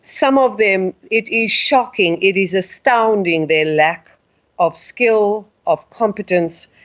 some of them, it is shocking, it is astounding, their lack of skill, of competence.